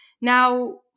Now